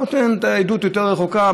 נותן את העדות יותר רחוקה,